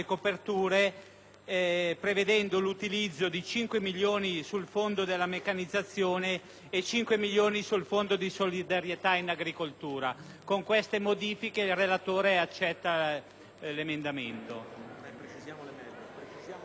prevedendo l'utilizzo di 5 milioni sul fondo della meccanizzazione e 5 milioni sul fondo di solidarietà in agricoltura. Con queste modifiche, il relatore esprime parere